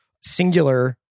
singular